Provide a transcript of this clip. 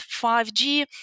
5G